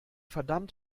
verdammt